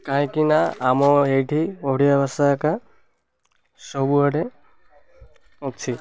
କାହିଁକିନା ଆମ ଏଇଠି ଓଡ଼ିଆ ଭାଷା ଏକା ସବୁଆଡ଼େ ଅଛି